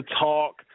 talk